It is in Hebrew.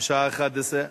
הצעת חוק עבודת נשים (תיקון מס' 49)